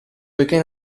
poiché